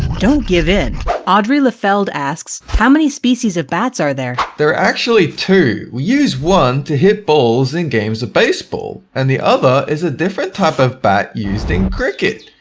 don't give in! eight audrey lefeld asks, how many species of bats are there, there are actually two we use one to hit balls in games of baseball, and the other is a different type of bat used in cricket,